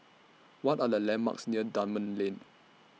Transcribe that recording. What Are The landmarks near Dunman Lane